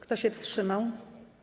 Kto się wstrzymał?